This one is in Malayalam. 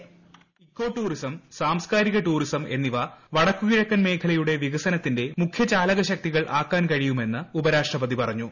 വോയ്സ് ഇക്കോ ടൂറിസം സാംസ്കാരിക ടൂറിസം എന്നിവ വടക്ക് കിഴക്കൻ മേഖലയുടെ വികസനത്തിന്റെ മുഖ്യ ചാലകശക്തികൾ ആക്കാൻ കഴിയുമെന്ന് ഉപരാഷ്ട്രപതി പറഞ്ഞു